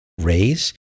raise